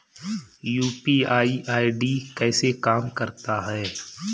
UPI ID कैसे काम करता है?